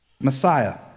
Messiah